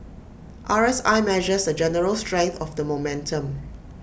R S I measures the general strength of the momentum